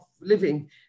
living